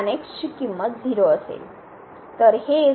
तर ची किंमत 0 असेल